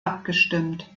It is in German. abgestimmt